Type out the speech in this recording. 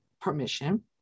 permission